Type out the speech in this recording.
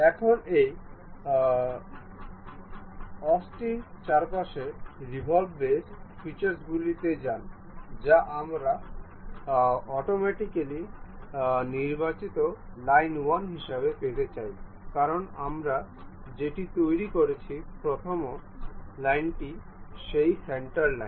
এখন এই অক্ষটির চারপাশে রেভল্ভ বেস ফিচার্সগুলিতে যান যা আমরা অটোমেটিক্যালি নির্বাচিত লাইন 1 হিসাবে পেতে চাই কারণ আমরা যেটি তৈরি করেছি প্রথম লাইনটি সেই সেন্টার লাইন